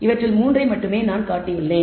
அவற்றில் 3 ஐ மட்டுமே நான் காட்டியுள்ளேன்